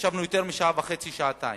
ישבנו יותר משעה וחצי, שעתיים,